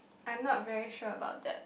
I'm not very sure about that